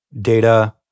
data